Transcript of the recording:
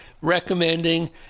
recommending